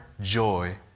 joy